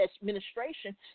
administration